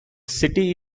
city